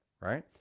right